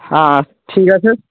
হ্যাঁ ঠিক আছে